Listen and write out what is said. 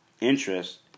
interest